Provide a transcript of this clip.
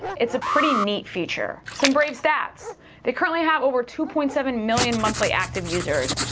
it's a pretty neat feature. some brave stats they currently have over two point seven million monthly active users.